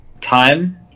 Time